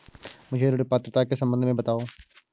मुझे ऋण पात्रता के सम्बन्ध में बताओ?